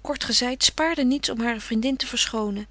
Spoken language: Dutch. kort gezeit spaarde niets om hare vriendin te verschonen